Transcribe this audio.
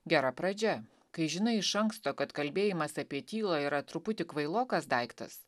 gera pradžia kai žinai iš anksto kad kalbėjimas apie tylą yra truputį kvailokas daiktas